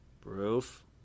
Proof